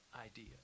idea